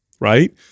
Right